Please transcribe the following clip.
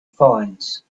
finds